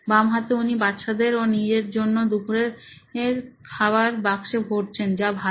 বামহাতে উনি বাচ্চাদের ও নিজের জন্য দুপুরের খাবার বাক্সে ভরছেন যা ভালো